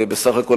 בסך הכול,